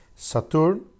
Saturn